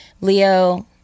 Leo